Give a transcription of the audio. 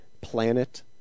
planet